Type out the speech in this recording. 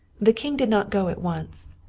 the king did not go at once.